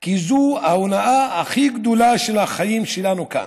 כי זו ההונאה הכי גדולה של החיים שלנו כאן.